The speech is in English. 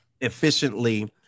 efficiently